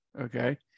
okay